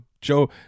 Joe